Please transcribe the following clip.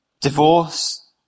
divorce